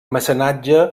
mecenatge